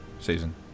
season